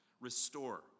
restore